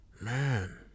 man